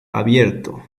abierto